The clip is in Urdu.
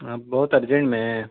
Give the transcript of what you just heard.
آپ بہت ارجینٹ میں ہیں